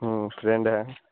friend हैं